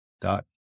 dot